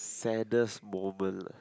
saddest moment leh